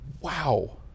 Wow